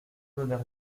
donner